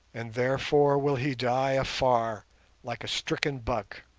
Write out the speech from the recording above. and therefore will he die afar like a stricken buck